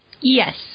yes